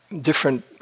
different